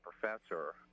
professor